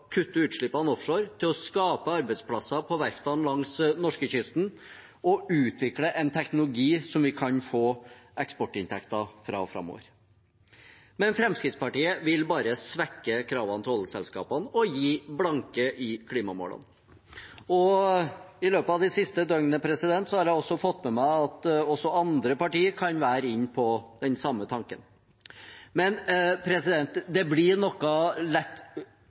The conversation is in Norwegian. kutte utslippene offshore til å skape arbeidsplasser på verftene langs norskekysten og utvikle en teknologi som vi kan få eksportinntekter fra framover. Men Fremskrittspartiet vil bare svekke kravene til oljeselskapene og gi blanke i klimamålene. I løpet av de siste døgnene har jeg fått med meg at også andre partier kan være inne på den samme tanken. Men det blir noe lett